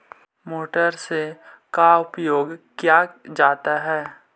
Motor से का उपयोग क्या जाता है?